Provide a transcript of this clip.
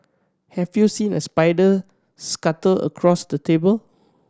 have you seen a spider scuttle across the table